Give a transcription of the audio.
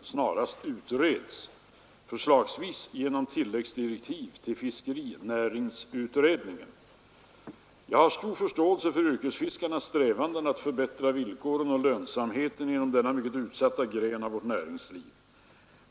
snarast utreds, förslagsvis genom tilläggsdirektiv till fiskerinäringsutredningen. Jag har stor förståelse för yrkesfiskarnas strävanden att förbättra villkoren och lönsamheten inom denna mycket utsatta gren av vårt näringsliv.